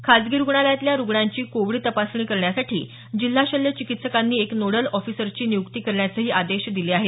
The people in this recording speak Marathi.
खासगी रुग्णालयातल्या रुग्णांची कोविड तपासणी करण्यासाठी जिल्हा शल्य चिकित्सकांनी एका नोडल ऑफिसरची निय्क्ती करण्याचेही आदेश दिले आहेत